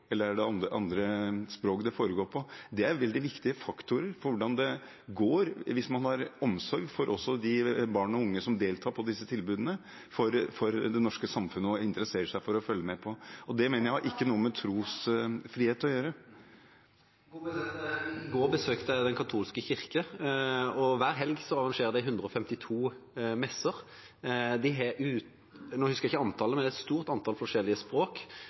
for og følge med på hvis man har omsorg også for barn og unge som deltar i disse tilbudene. Det mener jeg ikke har noe med trosfrihet å gjøre. I går besøkte jeg Den katolske kirke. Hver helg arrangerer de 152 messer. Nå husker jeg ikke antallet, men messene foregår på et stort antall forskjellige språk.